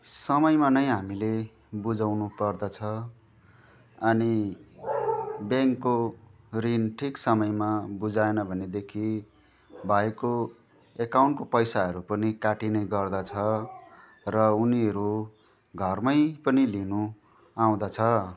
समयमा नै हामीले बुझाउनु पर्दछ अनि ब्याङ्कको ऋण ठिक समयमा बुझाएन भनेदेखि भएको एकाउन्टको पैसाहरू पनि काटिने गर्दछ र उनीहरू घरमै पनि लिनु आउँदछ